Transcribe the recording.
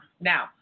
Now